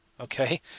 Okay